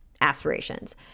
Aspirations